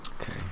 Okay